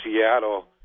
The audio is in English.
Seattle